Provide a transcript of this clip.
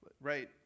right